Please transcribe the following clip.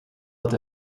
dat